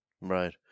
Right